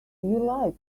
lied